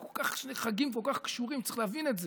אלה שני חגים כל כך קשורים, צריך להבין את זה.